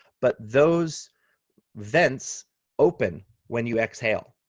but those vents open when you exhale.